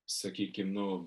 sakykim nu